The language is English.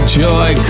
joy